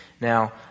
Now